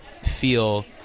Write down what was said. feel